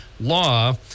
law